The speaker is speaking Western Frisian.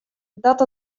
dat